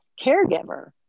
caregiver